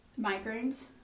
migraines